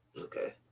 Okay